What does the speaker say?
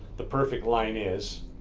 the perfect line is,